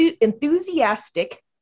enthusiastic